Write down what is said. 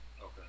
Okay